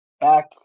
back